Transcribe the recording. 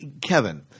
Kevin